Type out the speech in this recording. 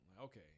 Okay